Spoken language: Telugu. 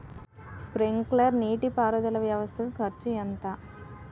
స్ప్రింక్లర్ నీటిపారుదల వ్వవస్థ కు ఖర్చు ఎంత?